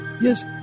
Yes